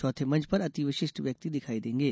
चौथे मंच पर अति विशिष्ट व्यक्ति दिखाई देंगे